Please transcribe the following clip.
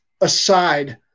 aside